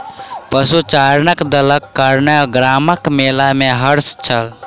पशुचारणक दलक कारणेँ गामक मेला में हर्ष छल